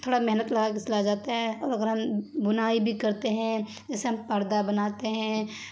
تھوڑا محنت لگا کے سلا جاتا ہے اور اگر ہم بنائی بھی کرتے ہیں جیسے ہم پردہ بناتے ہیں